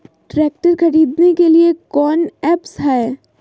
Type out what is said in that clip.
Tractor खरीदने के लिए कौन ऐप्स हाय?